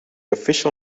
official